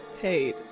paid